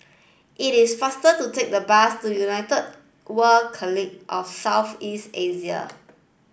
it is faster to take the bus to United World College of South East Asia